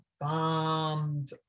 bombed